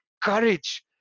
courage